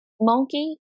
monkey